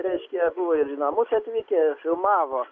reiškia buvo ir į namus atvykę filmavo